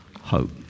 hope